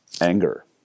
anger